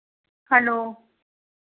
hello